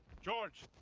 george!